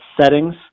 settings